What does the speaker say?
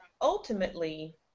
ultimately